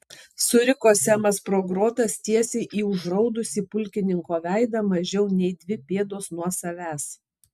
suriko semas pro grotas tiesiai į užraudusį pulkininko veidą mažiau nei dvi pėdos nuo savęs